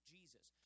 Jesus